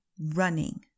running